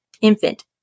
infant